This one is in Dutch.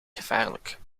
gevaarlijk